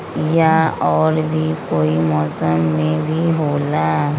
या और भी कोई मौसम मे भी होला?